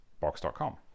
box.com